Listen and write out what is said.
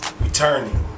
returning